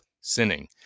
sinning